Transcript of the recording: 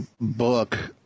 book